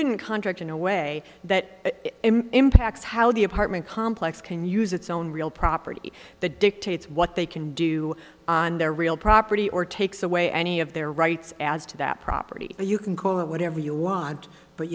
didn't contract in a way that impacts how the apartment complex can use its own real property the dictates what they can do on their real property or takes away any of their rights adds to that property but you can call it whatever you want but